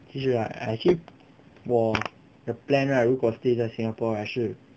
其实啦 I actually 我的 plan right 如果 stay 在 singapore right 是